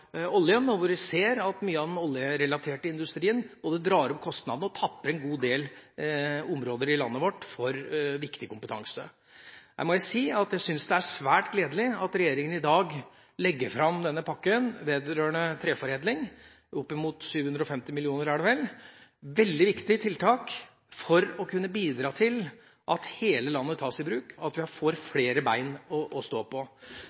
oljen, og hvor vi ser at mye av den oljerelaterte industrien både drar opp kostnadene og tapper en god del områder i landet vårt for viktig kompetanse. Her må jeg si at jeg syns det er svært gledelig at regjeringa i dag legger fram denne pakken vedrørende treforedling – opp mot 750 mill. kr, er det vel. Det er et veldig viktig tiltak for å kunne bidra til at hele landet tas i bruk, og at vi får flere bein å stå på.